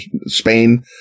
spain